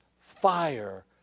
fire